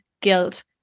guilt